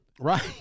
Right